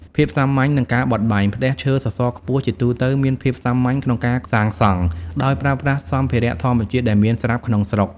ភាពសាមញ្ញ និងការបត់បែន ផ្ទះឈើសសរខ្ពស់ជាទូទៅមានភាពសាមញ្ញក្នុងការសាងសង់ ដោយប្រើប្រាស់សម្ភារៈធម្មជាតិដែលមានស្រាប់ក្នុងស្រុក ។